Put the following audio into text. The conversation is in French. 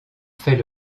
fait